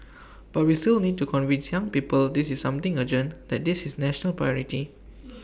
but we still need to convince young people this is something urgent that this is national priority